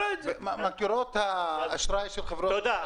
תודה.